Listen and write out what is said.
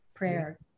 prayer